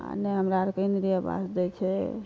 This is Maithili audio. आ नहि हमरा आरके इन्दिरे आबास दै छै